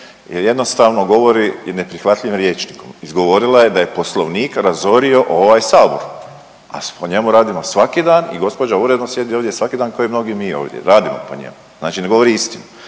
jel jednostavno govori neprihvatljivim rječnikom. Izgovorila je da je poslovnik razorio ovaj Sabor, a po njemu radimo svaki dan i gospođa uredno sjedi ovdje svaki dan ko i mnogi mi ovdje, radimo po njemu znači ne govori istinu.